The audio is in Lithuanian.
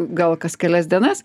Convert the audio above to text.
gal kas kelias dienas